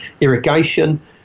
irrigation